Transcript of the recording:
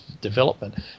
development